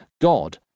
God